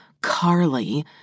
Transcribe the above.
Carly